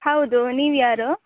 ಹೌದು ನೀವು ಯಾರು